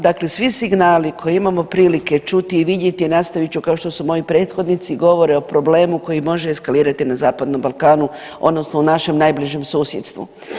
Dakle svi signali koje imamo prilike čuti i vidjeti, a nastavit ću kao što su moji prethodnici, govore o problemu koji može eskalirati na Zapadnom Balkanu, odnosno u našem najbližem susjedstvu.